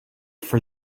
for